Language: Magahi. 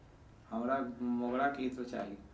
हमरा मोगरा के इत्र चाही